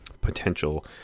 potential